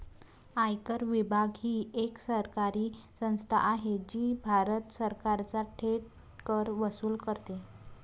आयकर विभाग ही एक सरकारी संस्था आहे जी भारत सरकारचा थेट कर वसूल करते